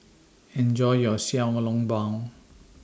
Enjoy your Xiao Long Bao